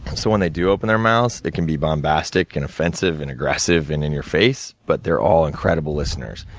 so and they do open their mouths, it can be bombastic and offensive, and aggressive, and in your face, but they're all incredible listeners,